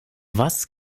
was